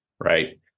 right